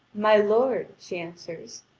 my lord, she answers,